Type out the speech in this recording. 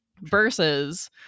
versus